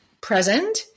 present